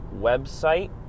website